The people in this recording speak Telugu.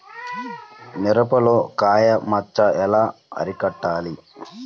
మిరపలో కాయ మచ్చ ఎలా అరికట్టాలి?